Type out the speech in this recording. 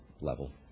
level